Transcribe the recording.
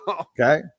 okay